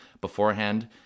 beforehand